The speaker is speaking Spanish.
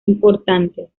importantes